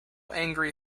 angry